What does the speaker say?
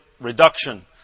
reduction